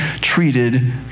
treated